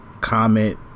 Comment